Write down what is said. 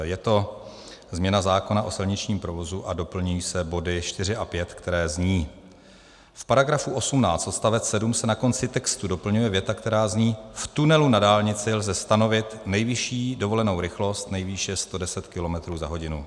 Je to změna zákona o silničním provozu a doplňují se body 4 a 5, které zní: V § 18 odst. 7 se na konci textu doplňuje věta, která zní: V tunelu na dálnici lze stanovit nejvyšší dovolenou rychlost nejvýše 110 kilometrů za hodinu.